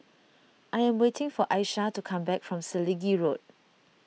I am waiting for Aisha to come back from Selegie Road